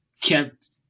kept